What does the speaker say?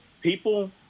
People